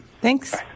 Thanks